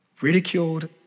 ridiculed